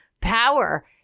power